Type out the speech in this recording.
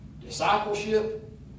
Discipleship